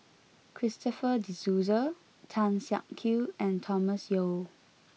Christopher De Souza Tan Siak Kew and Thomas Yeo